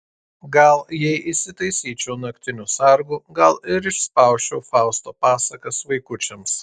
gal jei įsitaisyčiau naktiniu sargu gal ir išspausčiau fausto pasakas vaikučiams